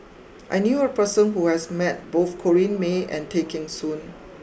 I knew a person who has met both Corrinne May and Tay Kheng Soon